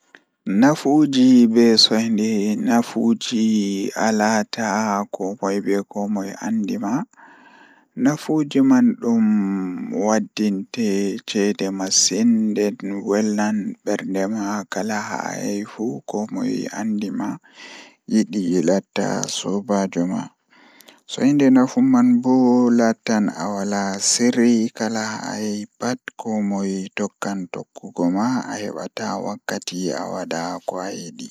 Nafuuji be soinde nafuuji alaata komoi be komoi andi ma Ko goɗɗum waɗi nafa e famɗude woni ɗum o waɗi aɗa waɗi faabugol yimɓe e cuɓoraaji ngal. Ko waɗata mi faamude ko yimɓe njogii aɗa waawugol waɗde ndeeɗe, ngona waɗata miɗo waɗde faamugol. Aɗa waawataa nder ɗum miɗo waɗde ɗum aɗa waɗi waɗde haɓaade ɓe e cuɓi.